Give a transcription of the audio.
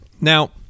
Now